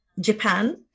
Japan